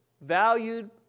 valued